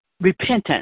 repentance